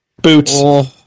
Boots